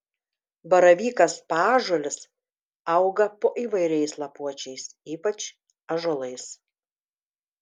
baravykas paąžuolis auga po įvairiais lapuočiais ypač ąžuolais